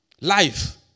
Life